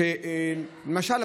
למשל,